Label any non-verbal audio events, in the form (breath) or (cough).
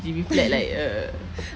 (breath)